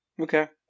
Okay